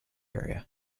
area